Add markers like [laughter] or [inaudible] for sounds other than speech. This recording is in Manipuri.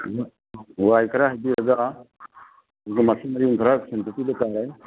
[unintelligible] ꯋꯥꯏ ꯈꯔ ꯍꯩꯕꯤꯔꯒ ꯑꯗꯨꯒ ꯃꯊꯤ ꯃꯌꯨꯡ ꯈꯔ ꯁꯦꯡꯗꯣꯛꯄꯤꯕ ꯇꯏ